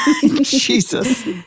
Jesus